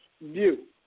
view